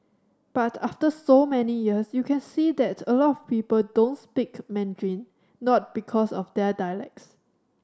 but after so many years you can see that a lot of people don't speak Mandarin not because of dialects